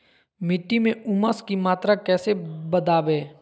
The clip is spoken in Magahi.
मिट्टी में ऊमस की मात्रा कैसे बदाबे?